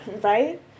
right